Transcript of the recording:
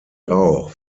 auch